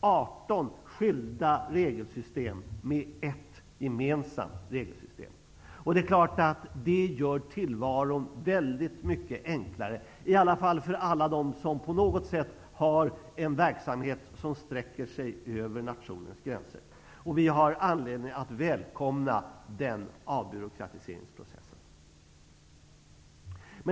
18 skilda regelsystem ersätts med ett gemensamt regelsystem. Det gör naturligtvis tillvaron mycket enklare åtminstone för alla dem som har en verksamhet som sträcker sig över nationens gränser. Vi har anledning att välkomna den avbyråkratiseringsprocessen.